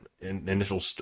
initial